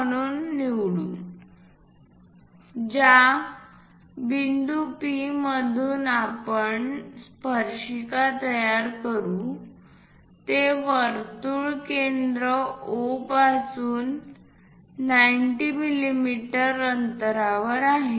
म्हणून निवडू ज्या बिंदू P मधून आपण स्पर्शिका तयार करू ते वर्तुळ केंद्र O पासून 90 मिमी अंतरावर आहे